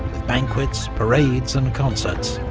banquets, parades and concerts,